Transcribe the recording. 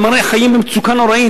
הרי הם חיים במצוקה נוראית.